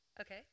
Okay